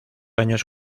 años